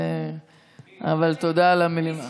אבל תודה על המילים.